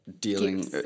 dealing